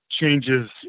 changes